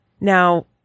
Now